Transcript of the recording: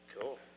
Cool